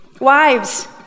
Wives